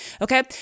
Okay